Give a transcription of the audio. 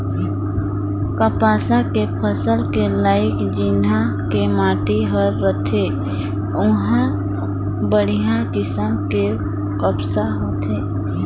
कपसा के फसल के लाइक जिन्हा के माटी हर रथे उंहा बड़िहा किसम के कपसा होथे